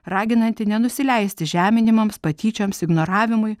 raginanti nenusileisti žeminimams patyčioms ignoravimui